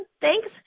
Thanks